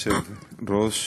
כבוד היושב-ראש,